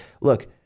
Look